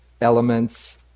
elements